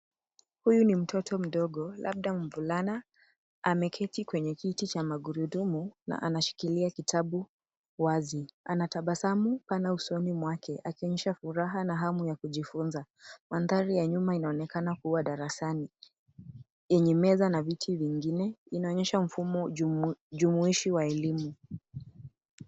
Hulu ni mtoto mdogo, labda mvulana, ameketi kwenye kiti cha magurudumu na anashikilia kitabu wazi. Anatabasamu sana usoni mwake akionyesha furaha na hamu ya kujifunza. Mandhari ya nyumba inaonekana kuwa darasani yenye meza na viti vingine, inaonyesha mfumo jumuishi wa elimu.